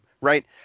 right